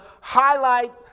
highlight